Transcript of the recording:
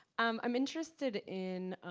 um i'm interested in